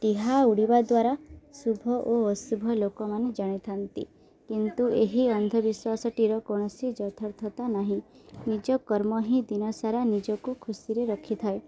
ଟିହା ଉଡ଼ିବା ଦ୍ୱାରା ଶୁଭ ଓ ଅଶୁଭ ଲୋକମାନେ ଜାଣିଥାନ୍ତି କିନ୍ତୁ ଏହି ଅନ୍ଧବିଶ୍ୱାସଟିର କୌଣସି ଯଥର୍ଥତା ନାହିଁ ନିଜ କର୍ମ ହିଁ ଦିନସାରା ନିଜକୁ ଖୁସିରେ ରଖିଥାଏ